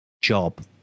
job